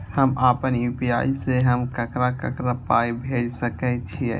हम आपन यू.पी.आई से हम ककरा ककरा पाय भेज सकै छीयै?